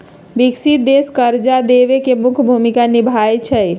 विकसित देश कर्जा देवे में मुख्य भूमिका निभाई छई